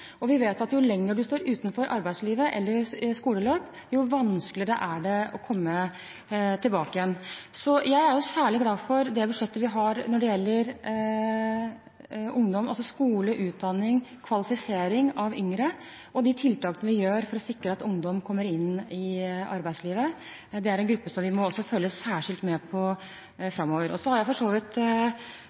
og vi vet at jo lenger en står utenfor arbeidslivet eller skoleløp, desto vanskeligere er det å komme tilbake igjen. Når det gjelder det budsjettet vi har nå, er jeg særlig glad for det som gjelder ungdom, altså skole, utdanning og kvalifisering av yngre og de tiltakene vi gjør for å sikre at ungdom kommer inn i arbeidslivet. Det er en gruppe som vi må følge særskilt med på også framover. Jeg har forkjærlighet for